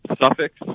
suffix